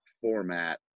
format